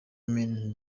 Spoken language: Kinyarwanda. women